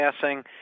passing